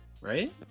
Right